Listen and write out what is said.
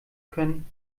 können